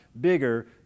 bigger